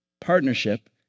Partnership